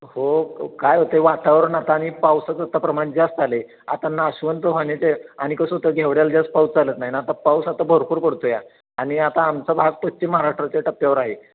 हो क काय होते वातावरण आता आणि पावसाचं आता प्रमाण जास्त आलं आहे आता नाशवंत आणि कसं होतं घेवड्याला जास्त पाऊस चालत नाही ना आता पाऊस आता भरपूर पडतो आहे आणि आता आमचा भाग पश्चिम महाराष्ट्राच्या टप्प्यावर आहे